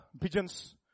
pigeons